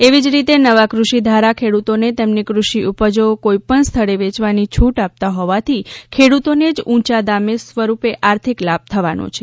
એવી જ રીતે નવા કુષિ ધારા ખેડૂતોને તેમની કુષિ ઉપજો કોઈપણ સ્થળે વેચવાની છૂટ આપતા હોવાથી ખેડૂતોને જ ઊંચા દામ સ્વરૂપે આર્થિક લાભ થવાનો છે